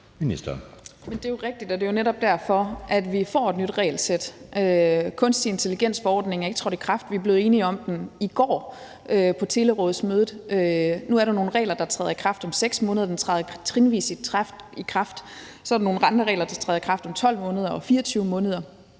det er rigtigt, og det er jo netop derfor, at vi får et nyt regelsæt. Kunstig intelligens-forordningen er ikke trådt i kraft. Vi blev enige om den i går på telerådsmødet. Der er nogle regler, der træder i kraft om 6 måneder. Den træder trinvist i kraft. Så er der nogle andre regler, der træder i kraft om 12 måneder og 24 måneder.